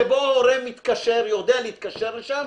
שבו הורה יודע להתקשר לשם,